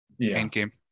Endgame